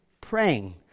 praying